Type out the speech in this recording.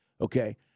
Okay